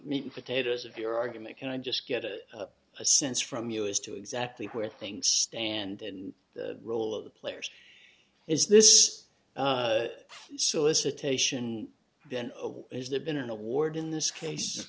meat and potatoes of your argument can i just get a sense from you as to exactly where things stand the role of the players is this solicitation then has there been an award in this case